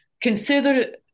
consider